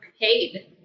paid